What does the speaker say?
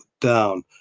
down